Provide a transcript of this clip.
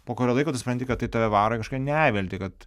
po kurio laiko tu supranti kad tai tave varo į kažkokią neviltį kad